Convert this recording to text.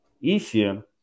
easier